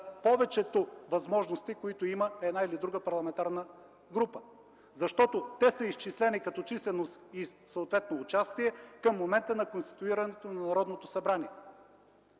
повечето възможности, които има една или друга парламентарна група, защото те са изчислени като численост и съответно участие към момента на конституирането на Народното събрание.